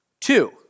Two